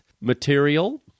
material